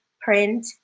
print